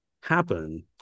happen